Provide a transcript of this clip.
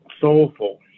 soulful